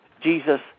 Jesus